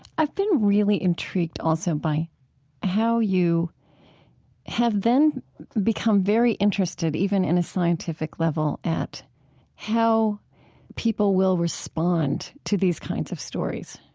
i've been really intrigued also by how you have then become very interested, even in a scientific level, at how people will respond to these kinds of stories,